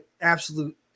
absolute